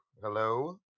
Hello